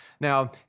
Now